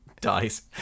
dies